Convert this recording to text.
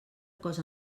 cosa